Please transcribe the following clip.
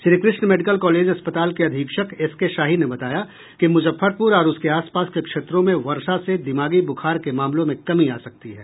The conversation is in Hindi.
श्रीकृष्ण मेडिकल कॉलेज अस्पताल के अधीक्षक एस के शाही ने बताया कि मूजफ्फरपूर और उसके आसपास के क्षेत्रों में वर्षा से दिमागी ब्खार के मामलों में कमी आ सकती है